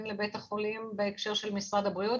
לבית החולים בהקשר של משרד הבריאות,